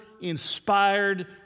inspired